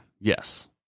Yes